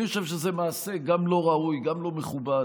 אני חושב שזה מעשה גם לא ראוי, גם לא מכובד,